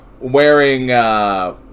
Wearing